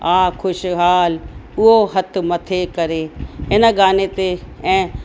आ ख़ुशिहाल उहो हथ मथे करे इन गाने ते ऐं